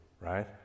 right